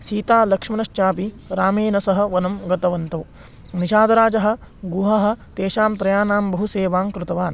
सीतालक्ष्मणौ अपि रामेण सह वनं गतवन्तौ निषादराजा गुहः तेषां त्रयाणां बहु सेवां कृतवान्